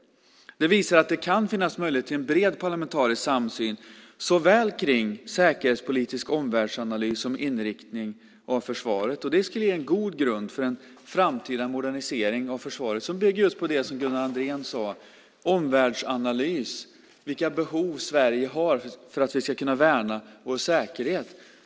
Det visar att det kan finnas möjlighet till en bred parlamentarisk samsyn kring såväl säkerhetspolitisk omvärldsanalys som inriktning av försvaret. Det skulle ge en god grund för en framtida modernisering av försvaret som bygger på just det som Gunnar Andrén sade, omvärldsanalys och vilka behov vi i Sverige har för att vi ska kunna värna vår säkerhet.